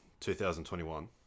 2021